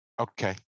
Okay